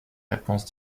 réponse